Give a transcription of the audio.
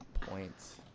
Points